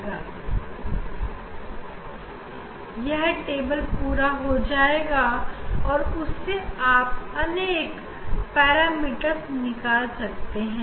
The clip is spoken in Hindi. अब यह टेबल पूरा हो जाएगा और आप उससे अनेक पैरामीटर्स निकाल सकते हैं